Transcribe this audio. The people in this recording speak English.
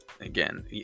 Again